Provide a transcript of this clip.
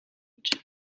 age